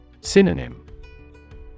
Synonym